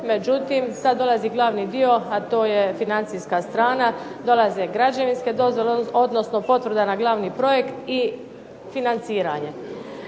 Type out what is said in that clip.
Međutim, sad dolazi glavni dio, a to je financijska strana, dolaze građevinske dozvole, odnosno potvrda na glavni projekt i financiranje.